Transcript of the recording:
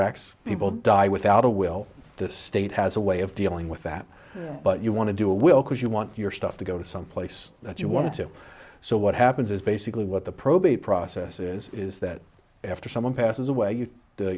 directs people die without a will the state has a way of dealing with that but you want to do a will because you want your stuff to go someplace that you want to so what happens is basically what the probate process is is that after someone passes away